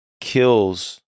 kills